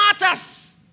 matters